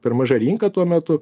per maža rinka tuo metu